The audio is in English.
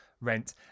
Rent